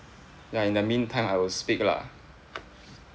ya in the meantime I will speak lah